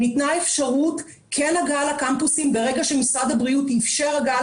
ניתנה אפשרות הגעה לקמפוסים ברגע שמשרד הבריאות איפשר הגעה